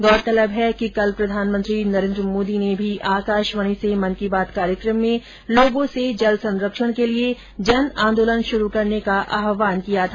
गौरतलब है कि कल प्रधानमंत्री नरेन्द्र मोदी ने भी आकाशवाणी से मन की बात कार्यक्रम में लोगों से जल संरक्षण के लिए जनआंदोलन शुरु करने का आह्वान किया था